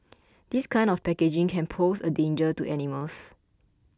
this kind of packaging can pose a danger to animals